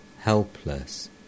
helpless